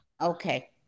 Okay